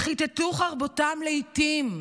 "וכתתו חרבותם לאתים".